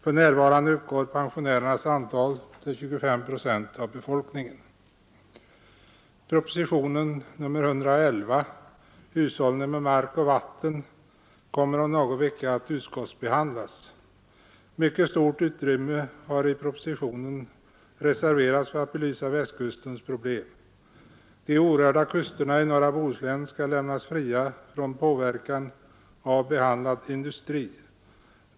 För närvarande uppgår pensionärernas antal till 25 procent av befolkningen. Propositionen 111, Hushållning med mark och vatten, kommer om någon vecka att utskottsbehandlas. Mycket stort utrymme har i propositionen reserverats för att belysa Västkustens problem. De orörda kusterna i norra Bohuslän skall lämnas fria från påverkan av behandlad industri.